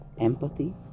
empathy